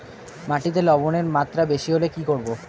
মাটিতে লবণের মাত্রা বেশি হলে কি করব?